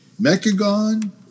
Mechagon